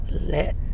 let